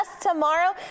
tomorrow